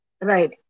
Right